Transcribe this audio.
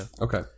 Okay